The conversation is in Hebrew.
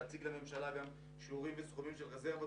לפיו יש להציג לממשלה גם את השיעורים והסכומים של הרזרבות